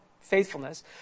Faithfulness